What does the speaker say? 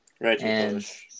Right